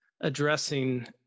addressing